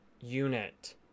unit